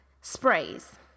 sprays